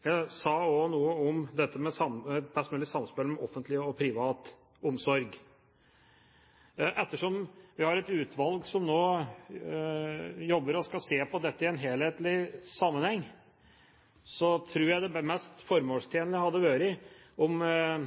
Jeg sa også noe om dette med mest mulig samspill mellom offentlig og privat omsorg. Ettersom vi har et utvalg som nå jobber og skal se på dette i en helhetlig sammenheng, tror jeg det mest formålstjenlige ville være